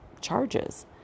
charges